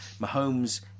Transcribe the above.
Mahomes